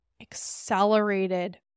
accelerated